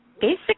basic